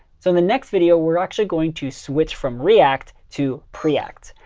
so in the next video, we're actually going to switch from react to preact.